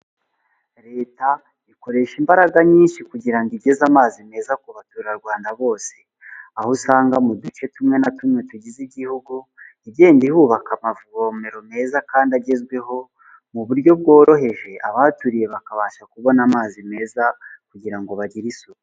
Leta ikoresha imbaraga nyinshi kugira ngo igeze amazi meza ku baturarwanda bose. Aho usanga mu duce tumwe na tumwe tugize igihugu, igenda ihubaka amavomero meza kandi agezweho, mu buryo bworoheje, abahaturiye bakabasha kubona amazi meza kugira ngo bagire isuku.